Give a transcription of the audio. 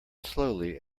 slowly